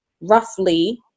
roughly